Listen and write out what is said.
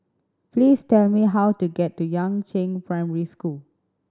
please tell me how to get to Yangzheng Primary School